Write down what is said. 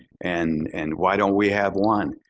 and and why don't we have one